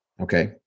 Okay